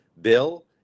bill